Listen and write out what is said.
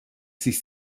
sich